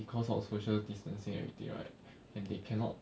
because of social distancing and everything right and they cannot